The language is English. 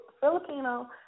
Filipino